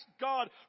God